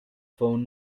phone